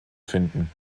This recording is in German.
finden